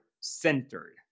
centered